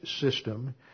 system